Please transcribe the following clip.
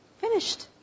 finished